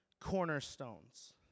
cornerstones